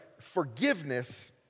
Forgiveness